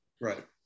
Right